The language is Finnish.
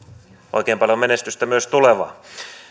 oikein paljon menestystä myös tulevaan